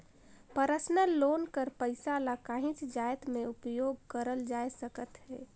personal loan कर पइसा ल काहींच जाएत में उपयोग करल जाए सकत अहे